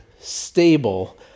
stable